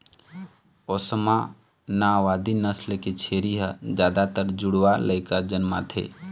ओस्मानाबादी नसल के छेरी ह जादातर जुड़वा लइका जनमाथे